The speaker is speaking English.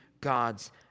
God's